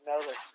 notice